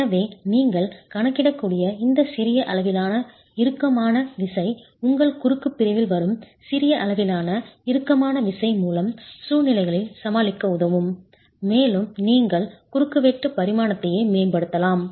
எனவே நீங்கள் கணக்கிடக்கூடிய இந்த சிறிய அளவிலான இறுக்கமான விசை உங்கள் குறுக்கு பிரிவில் வரும் சிறிய அளவிலான இறுக்கமான விசை மூலம் சூழ்நிலைகளை சமாளிக்க உதவும் மேலும் நீங்கள் குறுக்கு வெட்டு பரிமாணத்தையே மேம்படுத்தலாம்